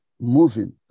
moving